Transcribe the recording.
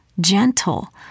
gentle